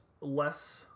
less